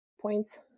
points